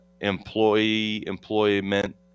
employee-employment